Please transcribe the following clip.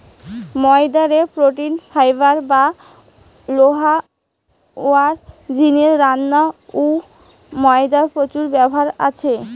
ময়দা রে protein, fibre বা লোহা রুয়ার জিনে রান্নায় অউ ময়দার প্রচুর ব্যবহার আছে